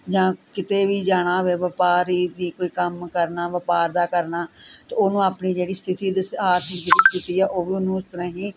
ਜਾਂ ਕਿਤੇ ਵੀ ਜਾਣਾ ਹੋਵੇ ਵਪਾਰੀ ਦਾ ਕੋਈ ਕੰਮ ਕਰਨਾ ਵਪਾਰ ਦਾ ਕਰਨਾ ਤਾਂ ਉਹਨੂੰ ਆਪਣੀ ਜਿਹੜੀ ਸਥਿਤੀ ਦਿਸ ਆਰਥਿਕ ਜਿਹੜੀ ਸਥਿਤੀ ਆ ਉਹ ਉਹਨੂੰ ਉਸ ਤਰ੍ਹਾਂ ਹੀ